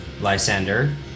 Lysander